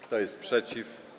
Kto jest przeciw?